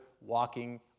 walking